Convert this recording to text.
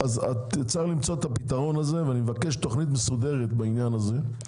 צריך למצוא את הפתרון הזה ואני מבקש תכנית מסודרת בעניין הזה.